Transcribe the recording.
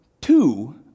two